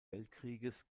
weltkrieges